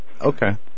Okay